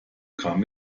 kam